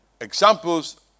examples